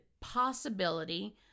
possibility